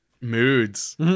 Moods